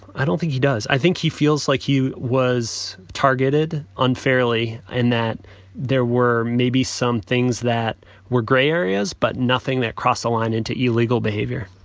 i don't think he does. i think he feels like he was targeted unfairly and that there were maybe some things that were grey areas, but nothing that crossed the line into illegal behavior